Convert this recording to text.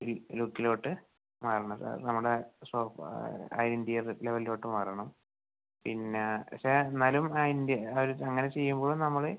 ഈ ലുക്കിലോട്ട് മാറണം സാർ നമ്മുടെ സോഫ ഐ എൻ റ്റി അത് ലെവലിലോട്ട് മാറണം പിന്നെ പക്ഷെ എന്നാലും അതിൻ്റെ അത് അങ്ങനെ ചെയ്യുമ്പോഴും നമ്മള്